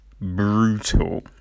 brutal